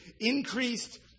Increased